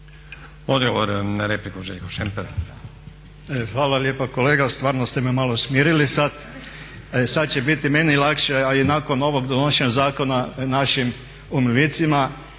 Odgovor na repliku Željko Šemper.